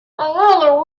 another